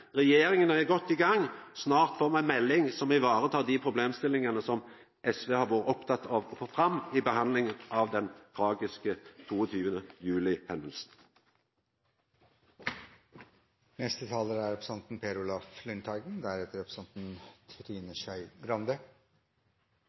Regjeringa er godt i gang. Snart får me ei melding som varetar dei problemstillingane som SV har vore opptatt av å få fram i behandlinga av den tragiske